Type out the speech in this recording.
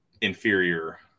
inferior